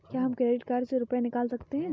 क्या हम credit card से रुपये निकाल सकते हैं?